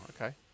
Okay